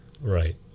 right